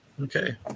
Okay